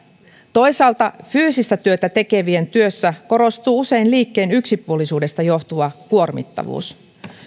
toisaalta fyysistä työtä tekevien työssä korostuu usein liikkeen yksipuolisuudesta johtuva kuormittavuus